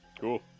Cool